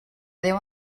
déu